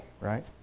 right